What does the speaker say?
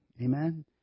Amen